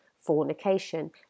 fornication